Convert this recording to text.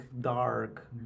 dark